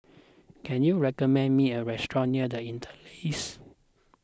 can you recommend me a restaurant near the Interlace